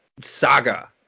saga